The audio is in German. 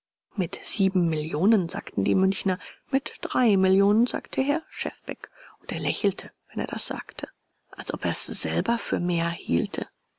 mit sieben millionen sagten die münchner mit drei millionen sagte herr schefbeck und er lächelte wenn er das sagte als ob er's selber für mehr hielte